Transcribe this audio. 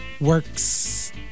works